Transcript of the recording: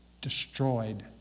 destroyed